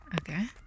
Okay